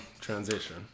Transition